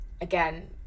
again